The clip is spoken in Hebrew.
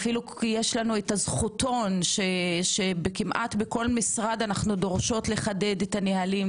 אף יש לנו הזכותון שבכל משרד כמעט אנו דורשות לחדד את הנהלים,